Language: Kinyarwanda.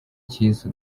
kiza